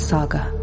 Saga